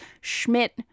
Schmidt